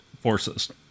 forces